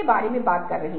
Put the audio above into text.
अधिक है X